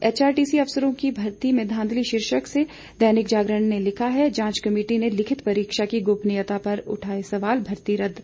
HRTC अफसरों की भर्ती में धांधली शीर्षक से दैनिक जागरण ने लिखा है जांच कमेटी ने लिखित परीक्षा की गोपनीयता पर उठाए सवाल भर्ती रद्द